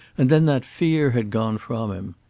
and then that fear had gone from him.